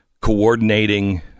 coordinating